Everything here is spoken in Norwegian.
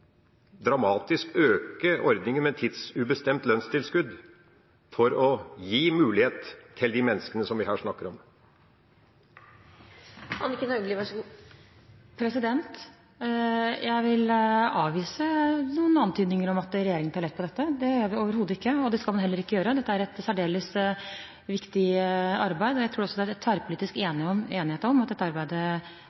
øke ordninga med tidsubestemt lønnstilskudd dramatisk for å gi mulighet til disse menneskene vi her snakker om? Jeg vil avvise antydninger om at regjeringen tar lett på dette. Det gjør vi overhodet ikke, og det skal vi heller ikke gjøre. Dette er et særdeles viktig arbeid. Jeg tror også det er tverrpolitisk